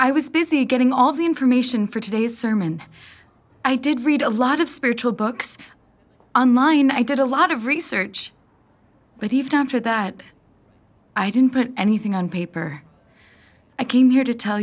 i was busy getting all the information for today's sermon i did read a lot of spiritual books on line i did a lot of research but if time for that i didn't put anything on paper i came here to tell